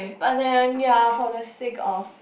but then ya for the sake of